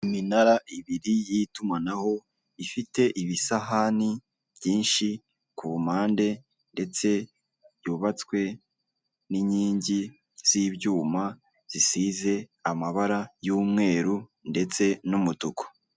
Iminara ibiri y'itumanaho ifite ibisahani byinshi ku mpande ndetse byubatswe n'inkingi z'ibyuma zisize amabara y'umweru ndetse n'umutuku.